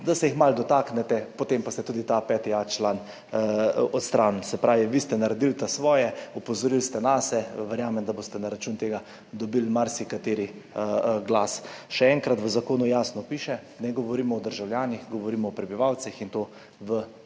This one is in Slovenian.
da se jih malo dotaknete, potem pa ste tudi ta 5a. člen odstranili. Se pravi, vi ste naredili svoje, opozorili ste nase. Verjamem, da boste na račun tega dobili marsikateri glas. Še enkrat, v zakonu jasno piše, ne govorimo o državljanih, govorimo o prebivalcih, in to v 2. členu.